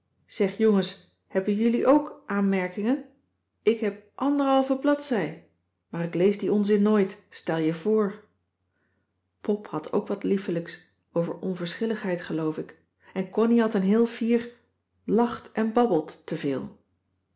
zeg jongens heb jullie ook aanmerkingen ik heb anderhalve bladzij maar ik lees dien onzin nooit stel je voor pop had ook wat liefelijks over onverschilligheid geloof ik en connie had een heel fier lacht en babbelt